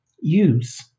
use